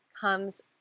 comes